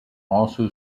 also